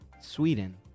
Sweden